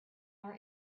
our